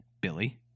Billy